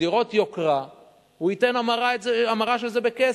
בדירות יוקרה הוא ייתן המרה של זה בכסף,